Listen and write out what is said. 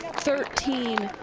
thirteen